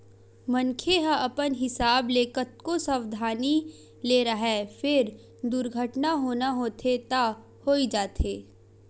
मनखे ह अपन हिसाब ले कतको सवधानी ले राहय फेर दुरघटना होना होथे त होइ जाथे